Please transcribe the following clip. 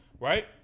right